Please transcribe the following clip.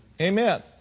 amen